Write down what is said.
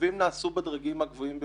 החישובים נעשו בדרגים הגבוהים ביותר,